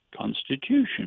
constitution